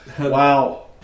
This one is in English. Wow